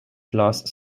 class